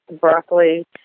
broccoli